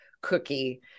cookie